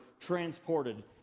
transported